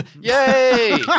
Yay